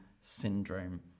syndrome